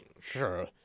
Sure